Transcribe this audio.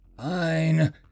fine